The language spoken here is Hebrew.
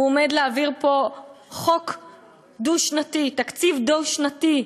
הוא עומד להעביר פה תקציב דו-שנתי,